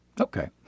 Okay